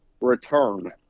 return